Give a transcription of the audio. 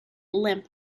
limp